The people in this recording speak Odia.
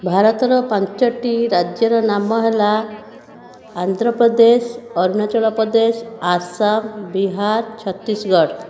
ଭାରତର ପାଞ୍ଚଟି ରାଜ୍ୟର ନାମ ହେଲା ଆନ୍ଧ୍ର ପ୍ରଦେଶ ଅରୁଣାଚଳ ପ୍ରଦେଶ ଆସାମ ବିହାର ଛତିଶଗଡ଼